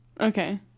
okay